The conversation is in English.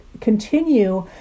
continue